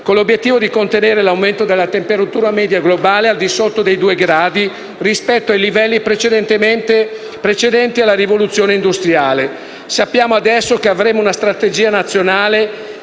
con l'obiettivo di contenere l'aumento della temperatura media globale al di sotto dei due gradi rispetto ai livelli precedenti alla rivoluzione industriale. Sappiamo adesso che avremo una Strategia nazionale,